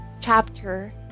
chapter